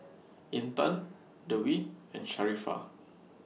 Intan Dwi and Sharifah